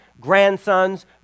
grandsons